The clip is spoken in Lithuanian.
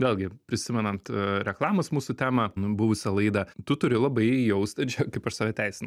vėlgi prisimenant reklamos mūsų temą buvusią laidą tu turi labai jaust kaip aš save teisinu